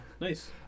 nice